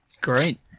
Great